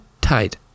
tight